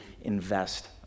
invest